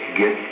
get